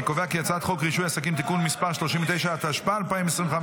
אני קובע כי הצעת חוק רישוי עסקים (תיקון מס' 39) התשפ"ה 2025,